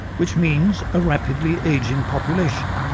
which means a rapidly aging population.